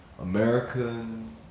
American